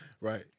Right